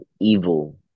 evil